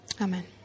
Amen